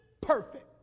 Perfect